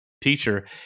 teacher